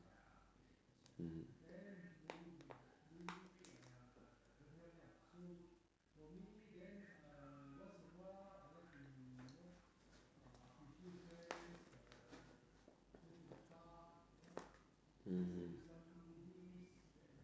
mm mmhmm